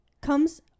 comes